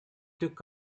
took